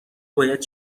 باید